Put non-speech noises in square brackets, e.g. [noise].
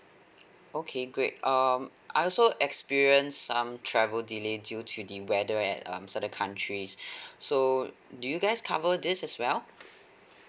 okay great um I also experience some travel delay due to the weather at um certain countries [breath] so do you guys cover this as well